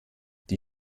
die